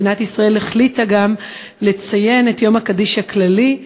מדינת ישראל החליטה גם לציין את יום הקדיש הכללי,